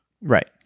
Right